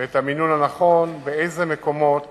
ואת המינון הנכון, באילו מקומות